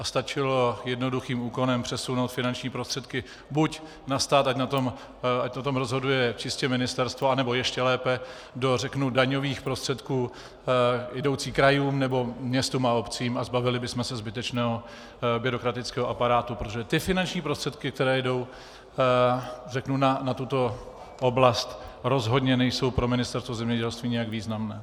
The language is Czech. Stačilo jednoduchým úkonem přesunout finanční prostředky buď na stát, ať o tom rozhoduje čistě ministerstvo, nebo ještě lépe řeknu do daňových prostředků jdoucích krajům nebo městům a obcím, a zbavili bychom se zbytečného byrokratického aparátu, protože finanční prostředky, které jdou na tuto oblast, rozhodně nejsou pro Ministerstvo zemědělství nějak významné.